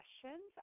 questions